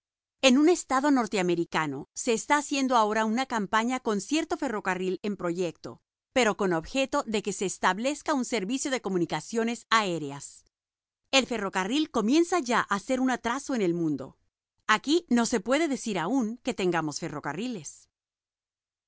en un estado norteamericano se está haciendo ahora una campaña con cierto ferrocarril en proyecto pero con objeto de que se establezca un servicio de comunicaciones aéreas el ferrocarril comienza ya a ser un atraso en el mundo aquí no se puede decir aún que tengamos ferrocarriles